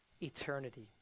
eternity